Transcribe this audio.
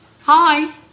Hi